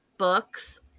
books